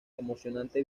emocionante